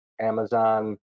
Amazon